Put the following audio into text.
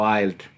Wild